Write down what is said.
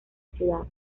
ciudad